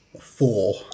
four